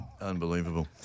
Unbelievable